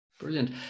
Brilliant